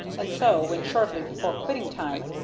and so, when, shortly before quitting time,